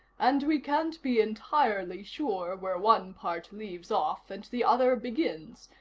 and we can't be entirely sure where one part leaves off and the other begins.